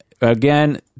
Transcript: Again